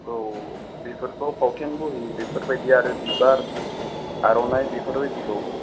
औ बेफोरखौ फावथेन बही बेफोरबायदि आरो बिबार आर'नाइ बेफोरबायदिखौ